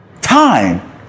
time